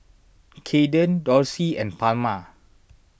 Kayden Dorsey and Palma